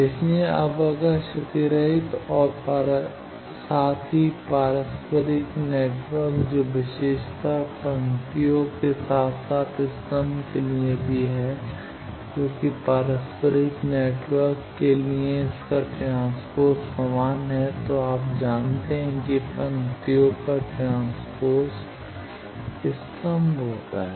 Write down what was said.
इसलिए अब अगर क्षतिरहित और साथ ही पारस्परिक नेटवर्क जो विशेषता पंक्तियों के साथ साथ स्तंभ के लिए भी है क्योंकि पारस्परिक नेटवर्क के लिए और इसका ट्रांसपोज़ समान है तो आप जानते हैं कि पंक्तियों का ट्रांसपोज़ स्तंभ होता है